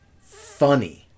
funny